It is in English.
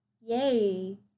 Yay